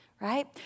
Right